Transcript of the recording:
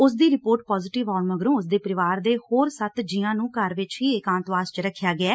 ਉਸ ਦੀ report positive ਆਉਣ ਮਗਰੋਂ ਉਸ ਦੇ ਪਰਿਵਾਰ ਦੇ ਹੋਰ ਸੱਤ ਜੀਆਂ ਨੂੰ ਘਰ ਵਿਚ ਹੀ ਇਕਾਂਤਵਾਸ ਵਿਚ ਰੱਖਿਆ ਗਿਐ